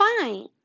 fine